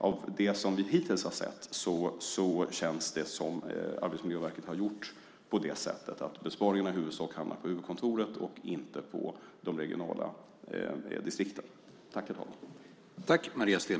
Av det vi hittills har sett känns det som att Arbetsmiljöverket har gjort så att besparingarna i huvudsak hamnar på huvudkontoret och inte på de regionala distrikten.